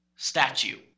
Statue